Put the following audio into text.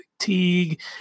fatigue